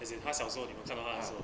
as in 他小时候你们看到他的时候